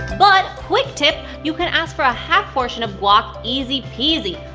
but, quick tip! you can ask for a half portion of guac easy peasy!